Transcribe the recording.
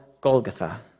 Golgotha